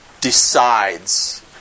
decides